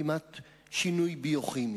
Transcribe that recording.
כמעט שינוי ביוכימי,